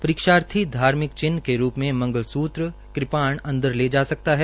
परीक्षार्थी धार्मिक चिन्ह के रूप में मंगलसूत्र कृपाण अंदर ले जा सकता है